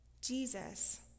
Jesus